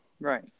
Right